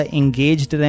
engaged